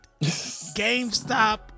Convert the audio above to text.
GameStop